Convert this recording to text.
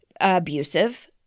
abusive